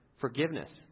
forgiveness